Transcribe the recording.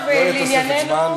לא תהיה תוספת זמן.